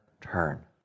turn